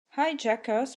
hijackers